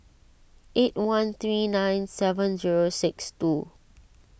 eight one three nine seven zero six two